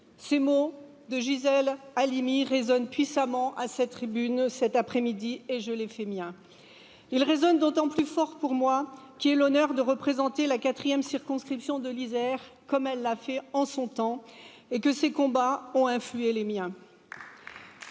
ces mots de gisèle halimi résonnent puissamment à sa tribune cet après midi et je l'ai fait bien il résonne d'autant plus fort pour moi qu'il aii l'honneur de représenter la quatrième circonscription de l'isère comme elle l'a fait en son temps et que ces combats ont influé les miens